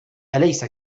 أليس